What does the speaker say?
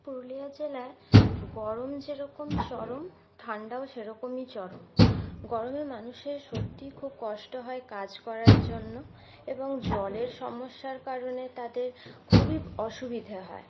পুরুলিয়া জেলায় গরম যেরকম চরম ঠান্ডাও সেরকমই চরম গরমে মানুষের সত্যিই খুব কষ্ট হয় কাজ করার জন্য এবং জলের সমস্যার কারণে তাদের খুবই অসুবিধে হয়